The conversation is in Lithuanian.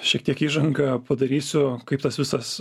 šiek tiek įžanga padarysiu kaip tas visas